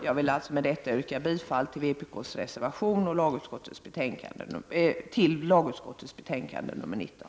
Jag vill med detta, herr talman, yrka bifall till vpk:s reservation till lagutskottets betänkande nr 19.